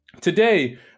Today